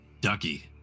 Ducky